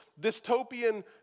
dystopian